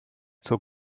zur